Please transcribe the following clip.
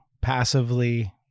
passively